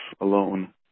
alone